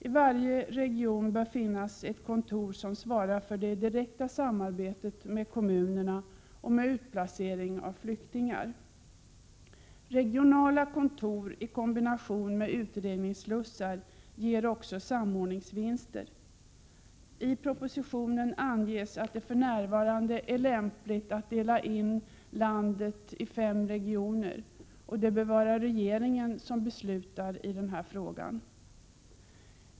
I varje region bör finnas ett kontor som ansvarar för det direkta samarbetet med kommunerna vid utplacering av flyktingar. Regionala kontor i kombination med utredningsslussar ger också samordningsvinster. I propositionen anges att det för närvarande är lämpligt att dela in landet i fem regioner och att regeringen bör besluta i denna fråga.